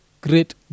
great